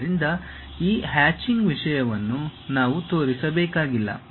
ಆದ್ದರಿಂದ ಈ ಹ್ಯಾಚಿಂಗ್ ವಿಷಯವನ್ನು ನಾವು ತೋರಿಸಬೇಕಾಗಿಲ್ಲ